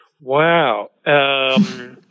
Wow